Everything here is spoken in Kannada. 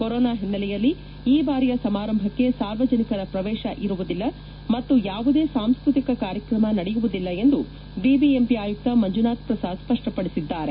ಕೊರೊನಾ ಹಿನ್ನೆಲೆಯಲ್ಲಿ ಈ ಬಾರಿಯ ಸಮಾರಂಭಕ್ಕೆ ಸಾರ್ವಜನಿಕರ ಪ್ರವೇಶ ಇರುವುದಿಲ್ಲ ಮತ್ತು ಯಾವುದೇ ಸಾಂಸ್ಕತಿಕ ಕಾರ್ಯಕ್ರಮ ನಡೆಯುವುದಿಲ್ಲ ಎಂದು ಬಿಬಿಎಂಪಿ ಆಯುಕ್ತ ಮಂಜುನಾಥ್ ಪ್ರಸಾದ್ ಸ್ಪಷ್ಟಪಡಿಸಿದ್ದಾರೆ